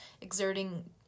exerting